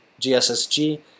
GSSG